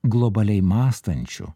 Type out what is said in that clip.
globaliai mąstančiu